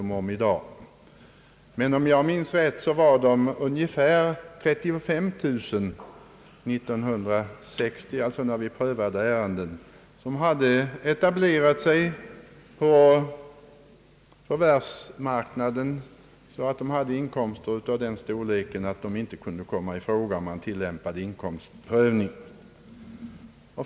Men om jag minns rätt var det 1960, när vi prövade ärendet, ungefär 35 000 som hade etablerat sig på förvärvsmarknaden så att de hade inkomster av den storleken att de inte kunde komma i fråga om man tillämpade inkomstprövning.